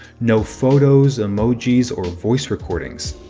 no photos, emojis, or voice recordings.